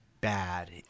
bad